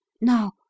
Now